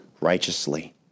righteously